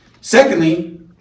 Secondly